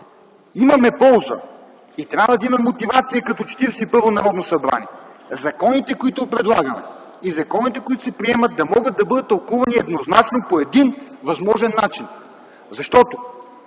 имаме полза и трябва да има мотивация като Четиридесет и първо Народно събрание законите, които предлагаме, и законите, които се приемат, да могат да бъдат тълкувани еднозначно – по един възможен начин. Защото